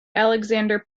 alexander